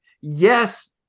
yes